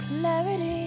clarity